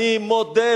אני מודה,